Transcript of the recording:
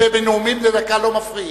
ובנאומים בני דקה לא מפריעים.